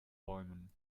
bäumen